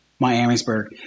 Miamisburg